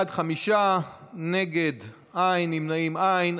בעד, חמישה, נגד, אין, נמנעים, אין.